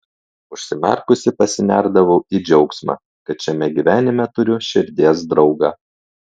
užsimerkusi pasinerdavau į džiaugsmą kad šiame gyvenime turiu širdies draugą